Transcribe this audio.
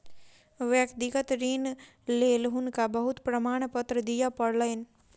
व्यक्तिगत ऋणक लेल हुनका बहुत प्रमाणपत्र दिअ पड़लैन